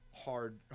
hard